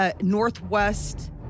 northwest